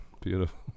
beautiful